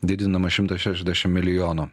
didinama šimtas šešiasdešimt milijonų